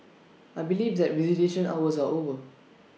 I believe that visitation hours are over